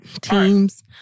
teams